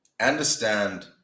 understand